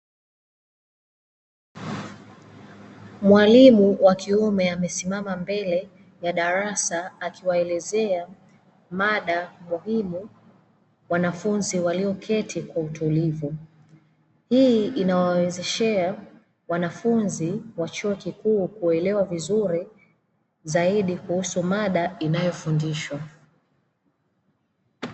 Mwalimu wa kiume amesimama mbele ya darasa akiwaelezea mada muhimu wanafunzi walioketi kwa utulivu. Hii inawawezeshea wa chuo kikuu kuelewa zaidi kuhusu mada inayofundishwa.